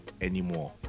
anymore